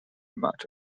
much